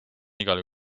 igal